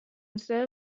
instead